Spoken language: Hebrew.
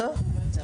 בסדר.